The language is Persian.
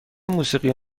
موسیقی